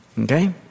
Okay